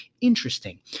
Interesting